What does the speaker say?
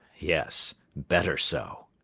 yes better so.